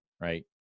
Right